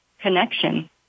connection